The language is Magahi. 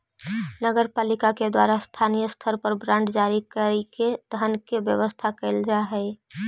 नगर पालिका के द्वारा स्थानीय स्तर पर बांड जारी कईके धन के व्यवस्था कैल जा हई